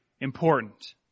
important